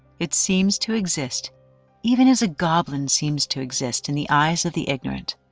it seems to exist even as a goblin seems to exist in the eyes of the ignorant.